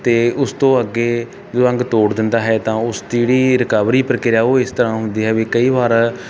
ਅਤੇ ਉਸ ਤੋਂ ਅੱਗੇ ਜੋ ਅੰਗ ਤੋੜ ਦਿੰਦਾ ਹੈ ਤਾਂ ਉਸ ਦੀ ਜਿਹੜੀ ਰਿਕਵਰੀ ਪ੍ਰਕਿਰਿਆ ਉਹ ਇਸ ਤਰ੍ਹਾਂ ਹੁੰਦੀ ਹੈ ਵੀ ਕਈ ਵਾਰ